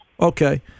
Okay